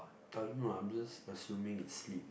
I don't know I'm just assuming it's sleep